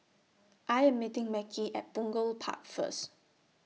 I Am meeting Mekhi At Punggol Park First